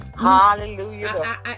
Hallelujah